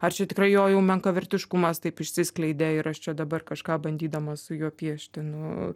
ar čia tikrai jo jau menkavertiškumas taip išsiskleidė ir aš čia dabar kažką bandydamas su juo piešti nu